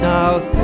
South